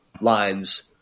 lines